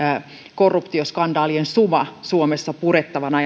korruptioskandaalien suma suomessa purettavana